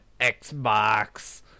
Xbox